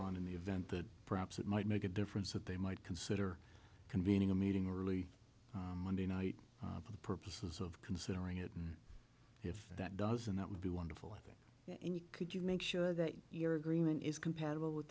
on in the event that perhaps it might make a difference that they might consider convening a meeting really monday night for the purposes of considering it and if that doesn't that would be wonderful if you could you make sure that your agreement is compatible with